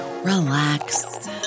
relax